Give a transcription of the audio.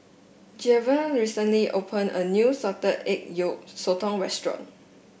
Jayvion recently opened a new Salted Egg Yolk Sotong restaurant